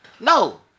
No